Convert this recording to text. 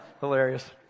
hilarious